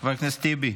חבר הכנסת טיבי?